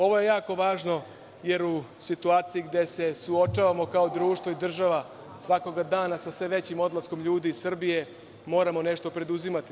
Ovo je jako važno jer u situaciji gde se suočavamo kao društvo i država svakoga dana sa sve većim odlaskom ljudi iz Srbije moramo nešto preduzimati.